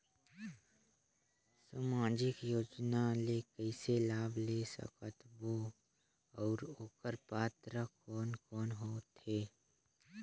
समाजिक योजना ले कइसे लाभ ले सकत बो और ओकर पात्र कोन कोन हो थे?